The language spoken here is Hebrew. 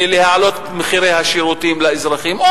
ולהעלות את מחירי השירותים לאזרחים,